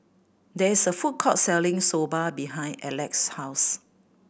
there is a food court selling Soba behind Alec's house